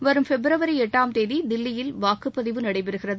வரும் ப்பிரவரி எட்டாம் தேதி தில்லியில் வாக்குப்பதிவு நடைபெறுகிறது